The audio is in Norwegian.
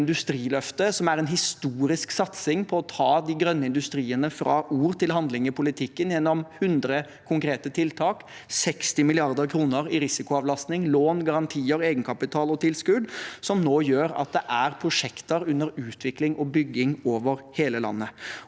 som er en historisk satsing på å ta de grønne industriene fra ord til handling i politikken, og gjennom 100 konkrete tiltak, 60 mrd. kr i risikoavlastning, lån, garantier, egenkapital og tilskudd, som nå gjør at det er prosjekter under utvikling og bygging over hele landet.